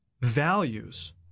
values